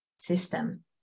system